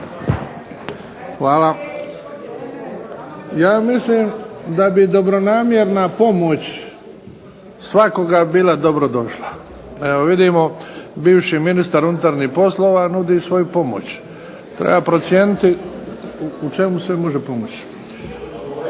(HDZ)** Ja mislim da bi dobronamjerna pomoć svakoga bila dobro došla. Evo vidimo bivši ministar unutarnjih poslova nudi svoju pomoć. Treba procijeniti u čemu sve može pomoći.